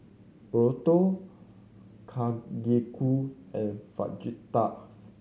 Burrito Kalguksu and Fajitas